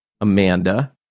Amanda